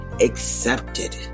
accepted